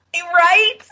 Right